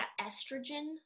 estrogen